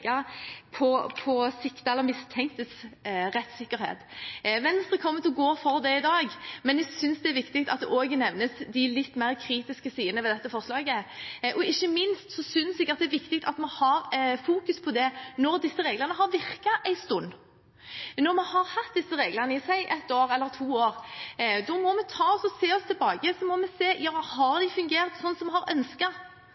på siktedes eller mistenktes rettssikkerhet. Venstre kommer til å gå for dette i dag, men jeg synes det er viktig at en også nevner de litt mer kritiske sidene ved dette forslaget. Ikke minst synes jeg at det er viktig at vi har fokus på det når disse reglene har virket en stund. Når vi har hatt disse reglene i la oss si ett eller to år, så må vi se på om de har fungert slik vi ønsket – er det slik at mistenkte eller siktede har god rettssikkerhet, selv om vi nå har